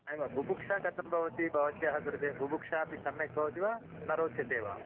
नैव बुभुक्षा कथं भवति भवत्याः कृते बुभुक्षापि सम्यक् भवति वा न रोचते वा